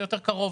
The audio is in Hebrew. זה יותר קרוב